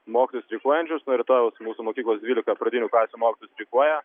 mokytojus streikuojančius nuo rytojaus mūsų mokyklos dvylika pradinių klasių mokytojų streikuoja